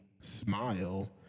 smile